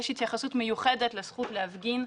יש התייחסות מיוחדת לזכות להפגין,